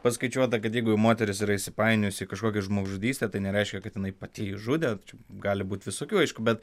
paskaičiuota kad jeigu jau moteris yra įsipainiojusi į kažkokią žmogžudystę tai nereiškia kad jinai pati ji žudė čia gali būti visokių aišku bet